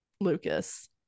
Lucas